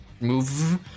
move